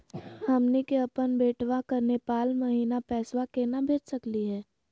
हमनी के अपन बेटवा क नेपाल महिना पैसवा केना भेज सकली हे?